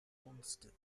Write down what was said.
monsters